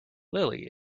lily